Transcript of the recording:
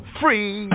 free